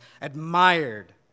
admired